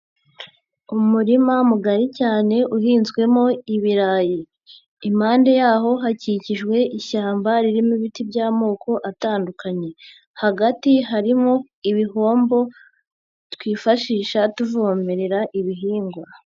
Umurima mugari cyane uhinzwemo ibirayi, impande yaho hakikijwe ishyamba ririmo ibiti by'amoko atandukanye hagati harimo ibihombo twifashisha tuvomerera ibihingwa.